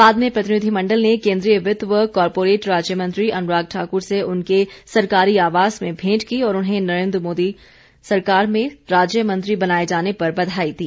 बाद में प्रतिनिधि मण्डल ने केन्द्रीय वित्त व कॉरपोरेट राज्य मंत्री अनुराग ठाकुर से उनके सरकारी आवास में भेंट की और उन्हें नरेन्द्र मोदी सरकार में राज्य मंत्री बनाए जाने पर बधाई दी